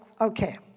okay